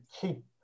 keep